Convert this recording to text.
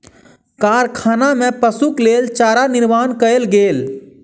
कारखाना में पशुक लेल चारा निर्माण कयल गेल